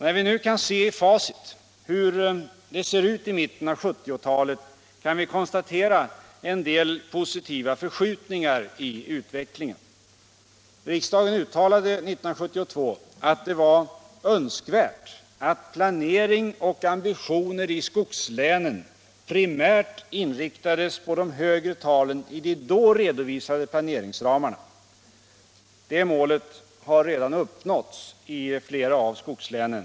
När vi nu kan se i facit hur det ser ut i mitten av 1970-talet, kan vi konstatera en del positiva förskjutningar i utvecklingen. Riksdagen uttalade 1972 att det var önskvärt att planering sysselsättnings och regionalpolitik och ambitioner i skogslänen primärt inriktades på de högre talen i de då redovisade planeringsramarna. Detta mål har redan uppnåtts i flera av skogslänen.